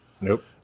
Nope